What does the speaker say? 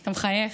אתה מחייך,